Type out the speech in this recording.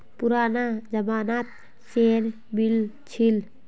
पुराना जमाना त शेयर मिल छील